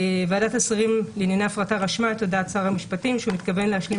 ועדת השרים לענייני הפרטה רשמה את הודעת שר המשפטים שהוא מתכוון להשלים